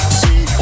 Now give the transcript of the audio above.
see